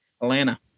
Atlanta